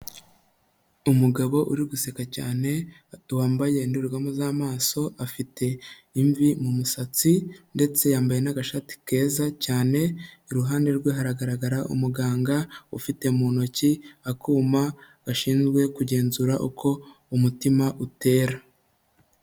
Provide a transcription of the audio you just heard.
Umugabo uri guseka cyane adu wambaye indorerwamo z'amaso afite imvi mu musatsi, ndetse yambaye n'agashati keza cyane iruhande rwe haragaragara umuganga ufite mu ntoki akuma gashinzwe kugenzura uko umutima utera.